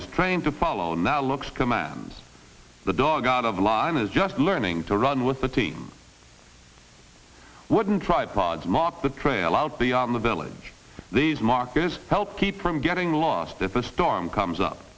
is trained to follow now looks commands the dog out of line is just learning to run with the team wouldn't tripods marked the trail out beyond the village these markers help keep from getting lost if a storm comes up